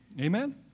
amen